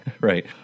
Right